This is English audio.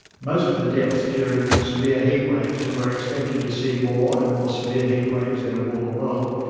most of the deaths during ah severe heat waves, and we're expecting to see more and more severe heat waves in a warmer world,